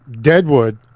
Deadwood